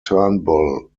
turnbull